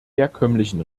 herkömmlichen